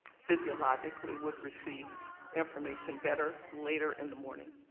physiologically would receive information better later in the morning,